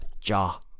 jaw